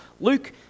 Luke